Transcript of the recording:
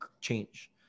change